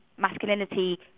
masculinity